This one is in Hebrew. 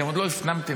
הם לא משתמטים,